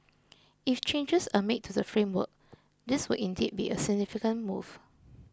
if changes are made to the framework this would indeed be a significant move